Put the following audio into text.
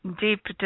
deep